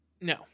no